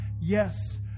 Yes